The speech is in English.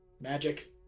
magic